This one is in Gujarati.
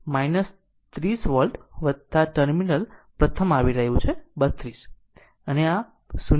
તેથી કારણ કે 10 ix ત્રીસ વોલ્ટ ટર્મિનલ પ્રથમ આવી રહ્યું છે 32 અને આ 0